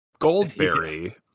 Goldberry